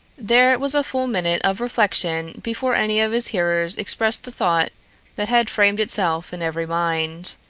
there was a full minute of reflection before any of his hearers expressed the thought that had framed itself in every mind.